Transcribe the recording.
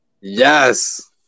Yes